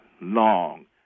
long